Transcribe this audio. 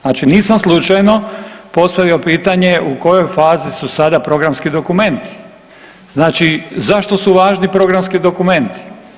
Znači nisam slučajno postavio pitanje u kojoj fazi su sada programski dokumenti, znači zašto su važni programski dokumenti.